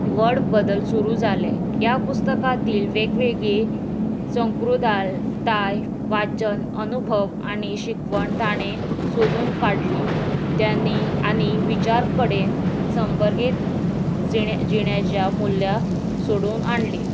व्हड बदल सुरू जाले ह्या पुस्तकांतल वेगवेगळी संकृताय वाचन अनुभव आनी शिकवण ताणें सोदून काडली त्यां आनी विचार कडेन संबर्गेत जिणे जिणेच्या मूल्या सोडून आडली